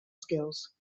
skills